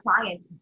clients